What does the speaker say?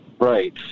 right